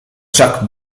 chuck